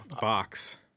box